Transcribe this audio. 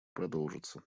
продолжатся